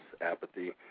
apathy